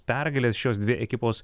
pergales šios dvi ekipos